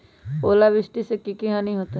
ओलावृष्टि से की की हानि होतै?